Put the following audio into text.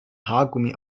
haargummi